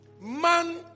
man